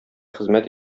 хезмәт